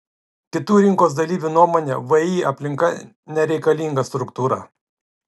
kitų rinkos dalyvių nuomone vį aplinka nereikalinga struktūra